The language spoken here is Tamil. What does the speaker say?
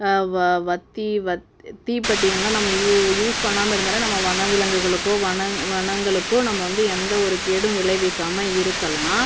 வ வத்தி வத் தீப்பெட்டி எல்லா நம்ம யூ யூஸ் பண்ணாமல் இருந்தாலே நம்ம வனவிலங்குகளுக்கோ வனங் வனங்களுக்கோ நம்ம வந்து எந்தவொரு கேடும் விளைவிக்காமல் இருக்கலாம்